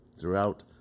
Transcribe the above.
throughout